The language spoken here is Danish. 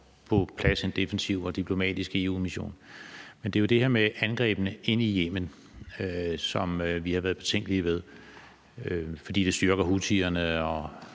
meget snart er på plads. Men det er jo det her med angrebene ind i Yemen, som vi har været betænkelige ved, fordi det styrker houthierne,